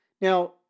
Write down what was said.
Now